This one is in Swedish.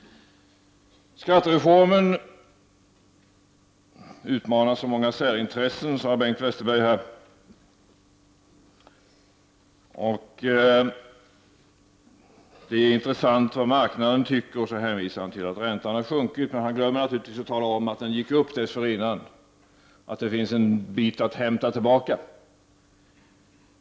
Skattereformen utmanar så många särintressen, sade Bengt Westerberg. Det är intressant vad marknaden tycker, sade han vidare, och så hänvisade han till att räntan har sjunkit. Men han glömde naturligtvis tala om att den gick upp dessförinnan, att det finns en bit att hämta tillbaka.